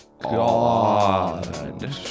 God